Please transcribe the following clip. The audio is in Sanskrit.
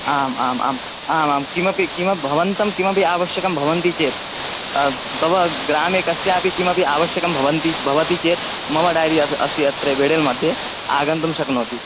आम् आम् आम् आमाम् किमपि किं भवते किमपि आवश्यकं भवति चेत् तव ग्रामे कस्यापि किमपि आवश्यकं भवति भवति चेत् मम डैरी अस्ति अस्ति अत्र वेडेल् मध्ये आगन्तुं शक्नोति